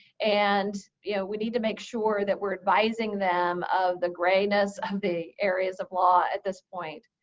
and yeah we need to make sure that we're advising them of the grayness of the areas of law at this point.